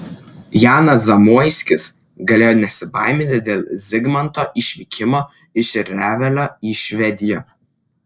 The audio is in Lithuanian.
janas zamoiskis galėjo nesibaiminti dėl zigmanto išvykimo iš revelio į švediją